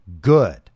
good